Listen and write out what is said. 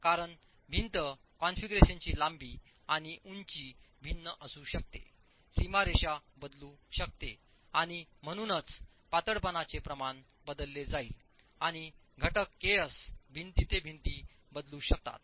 कारण भिंत कॉन्फिगरेशनची लांबी आणि उंची भिन्न असू शकते सीमारेषा बदलू शकते आणि म्हणूनच पातळपणाचे प्रमाण बदलले जाईल आणि घटक केएस भिंती ते भिंती बदलू शकतात